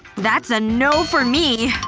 that's a no for me.